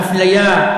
האפליה,